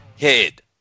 head